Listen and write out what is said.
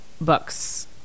books